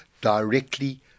directly